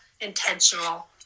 intentional